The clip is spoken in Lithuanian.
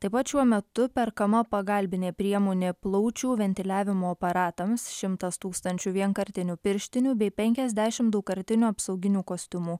taip pat šiuo metu perkama pagalbinė priemonė plaučių ventiliavimo aparatams šimtas tūkstančių vienkartinių pirštinių bei penkiasdešimt daugkartinių apsauginių kostiumų